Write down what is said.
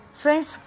Friends